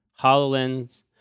Hololens